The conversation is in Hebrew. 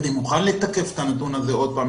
אני מוכן לתקף את הנתון הזה עוד פעם,